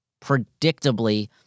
predictably